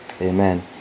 Amen